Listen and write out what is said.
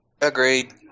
Agreed